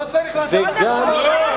לא צריך, לא נכון.